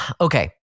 Okay